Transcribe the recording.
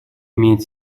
имеет